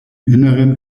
inneren